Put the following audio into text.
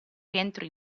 rientro